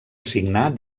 assignar